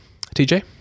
TJ